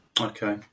Okay